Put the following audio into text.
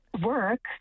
work